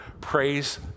Praise